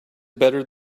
better